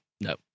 no